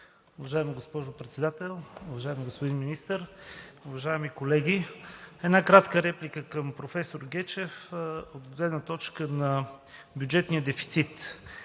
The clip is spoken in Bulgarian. Уважаема госпожо Председател, уважаеми господин Министър, уважаеми колеги! Една кратка реплика към професор Гечев от гледна точка на бюджетния дефицит.